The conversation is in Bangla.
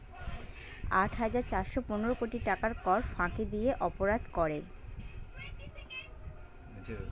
আট হাজার চারশ পনেরো কোটি টাকার কর ফাঁকি দিয়ে অপরাধ করে